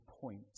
point